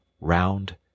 round